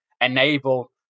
enable